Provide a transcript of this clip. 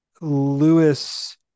Lewis